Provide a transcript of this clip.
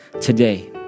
Today